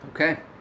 okay